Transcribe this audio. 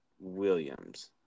Williams